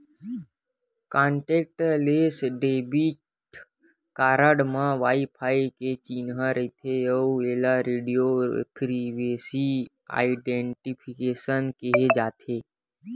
contactless debit card म wifi के चिन्हा रहिथे अउ एला रेडियो फ्रिवेंसी आइडेंटिफिकेसन केहे जाथे